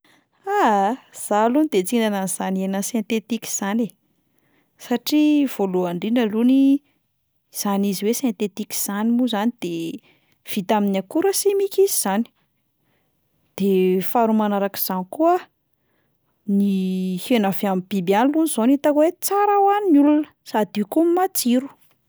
Aaa, izaho aloha de tsy hihinana an'izany sentetika 'zany, satria voalohany indrindra alohany, zany izy hoe sentetika zany moa zany de vita amin'ny akora simika izy izany, de faharoa manarak'izany koa ny hena avy amin'ny biby ihany alohany izao no hitako hoe tsara ho an'ny olona, sady io koa no matsiro.